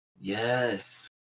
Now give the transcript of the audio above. Yes